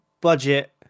budget